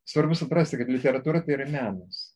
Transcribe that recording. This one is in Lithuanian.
svarbu suprasti kad literatūra tai yra menas